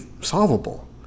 solvable